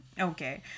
Okay